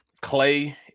Clay